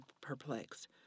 perplexed